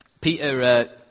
Peter